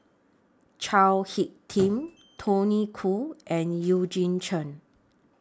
Chao Hick Tin Tony Khoo and Eugene Chen